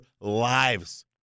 lives